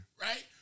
Right